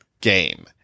game